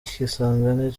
tutitaye